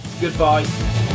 goodbye